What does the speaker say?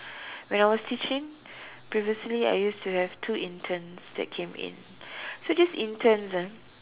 when I was teaching previously I used to have two interns that came in so these interns ah